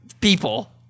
people